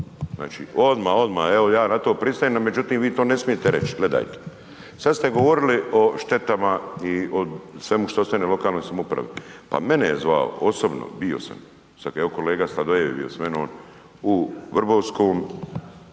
Znači, odmah, odmah evo ja na to pristajem, no međutim vi to ne smijete reći. Gledajte sad ste govorili o štetama i svemu što ostane lokalnoj samoupravi, pa mene je zvao osobno, bio sam, sad kad je evo kolega Sladoljev bio s menom u Vrbovskom,